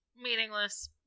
meaningless